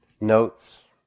notes